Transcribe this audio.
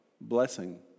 blessing